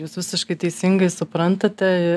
jūs visiškai teisingai suprantate